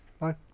Bye